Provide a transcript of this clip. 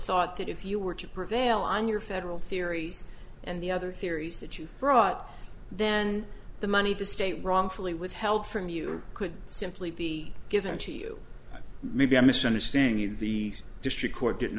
thought that if you were to prevail on your federal theories and the other theories that you've brought then the money the state wrongfully withheld from you could simply be given to you maybe i misunderstand the district court didn't